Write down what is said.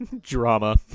drama